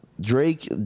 Drake